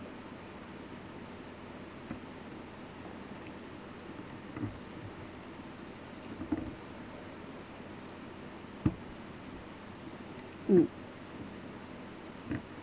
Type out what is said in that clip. hmm